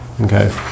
Okay